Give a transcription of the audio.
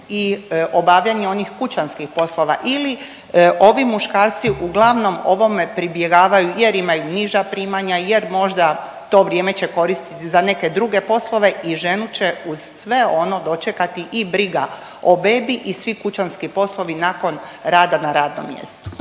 i obavljanje onih kućanskih poslova ili ovi muškarci uglavnom ovome pribjegavaju jer imaju niža primanja, jer možda to vrijeme će koristiti za neke druge poslove i ženu će uz sve ono dočekati i briga o bebi i svi kućanski poslovi nakon rada na radnom mjestu?